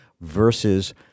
versus